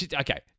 Okay